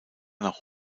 nach